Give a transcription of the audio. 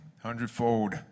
Hundredfold